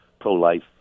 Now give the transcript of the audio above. pro-life